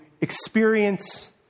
experience